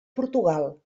portugal